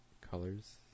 colors